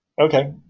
Okay